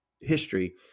history